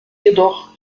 jedoch